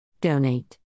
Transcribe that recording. Donate